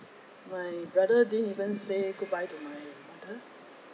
my brother din even say goodbye to my father